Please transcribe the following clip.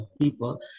people